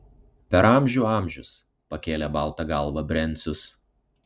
per amžių amžius pakėlė baltą galvą brencius